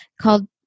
called